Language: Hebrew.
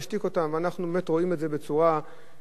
אנחנו באמת רואים את זה בצורה לא טובה,